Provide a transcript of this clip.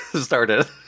started